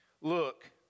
Look